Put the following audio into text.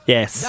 Yes